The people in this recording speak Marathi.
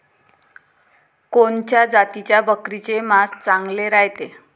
कोनच्या जातीच्या बकरीचे मांस चांगले रायते?